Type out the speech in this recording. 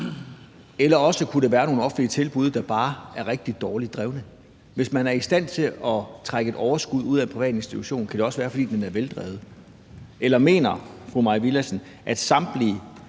eller også kunne der være nogle offentlige tilbud, der bare er rigtig dårligt drevne. Hvis man er i stand til at trække et overskud ud af en privat institution, kan det også være, fordi den er veldrevet. Eller mener fru Mai